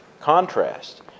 contrast